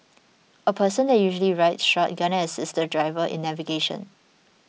a person that usually rides shotgun and assists the driver in navigation